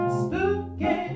spooky